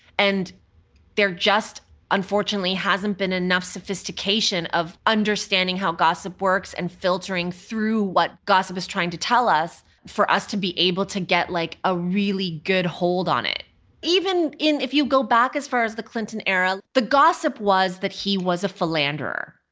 and there just unfortunately hasn't been enough sophistication of understanding how gossip works and filtering through what gossip is trying to tell us for us to be able to get like a really good hold on it. but even if you go back as far as the clinton era the gossip was that he was a philanderer.